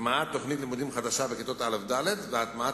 הטמעת תוכנית לימודים חדשה בכיתות א' ד' והטמעת